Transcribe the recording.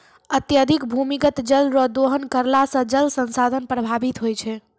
अत्यधिक भूमिगत जल रो दोहन करला से जल संसाधन प्रभावित होय छै